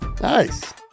Nice